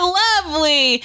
lovely